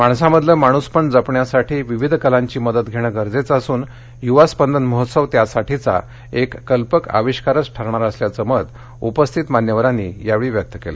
माणसामधलं माणूसपण जपण्यासाठी विविध कलांची मदत धेण गरजेचं असून युवास्पंदन महोत्सव त्यासाठीचा एक कल्पक आविष्कारच ठरणार असल्याचं मत उपस्थित मान्यवरांनी यावेळी व्यक्त केलं